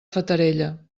fatarella